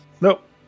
Nope